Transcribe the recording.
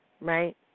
Right